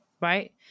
right